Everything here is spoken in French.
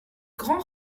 grand